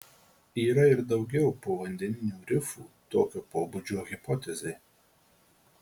yra ir daugiau povandeninių rifų tokio pobūdžio hipotezei